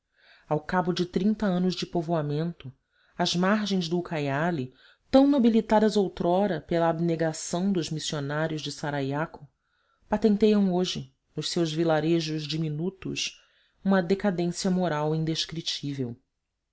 ao cabo de anos de povoamento as margens do ucaiali tão nobilitadas outrora pela abnegação dos missionários de sarayaco patenteiam hoje nos seus vilarejos diminutos uma decadência moral indescritível